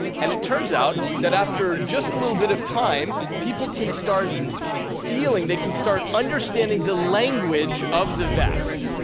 and it turns out that after just a little bit of time, people can start feeling, they can start understanding the language of the vest.